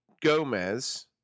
Gomez